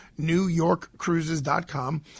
NewYorkCruises.com